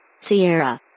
Sierra